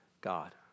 God